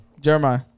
Jeremiah